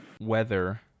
weather